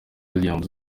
williams